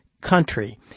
country